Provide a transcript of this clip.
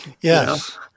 Yes